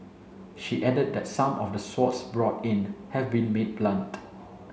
she added that some of the swords brought in have been made blunt